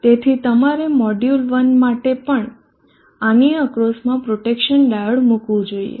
તેથી તમારે મોડ્યુલ 1 માટે પણ આની અક્રોસમાં પ્રોટેક્શન ડાયોડ મૂકવું જોઈએ